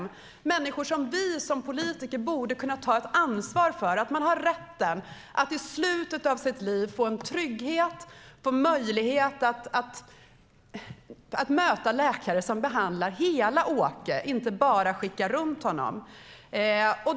Det är människor som vi politiker borde kunna ta ett ansvar för så att de har rätt att i slutet av sitt liv få en trygghet och möjlighet att möta läkare som behandlar hela Åke och inte bara skickar runt honom.